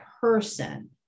person